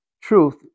truth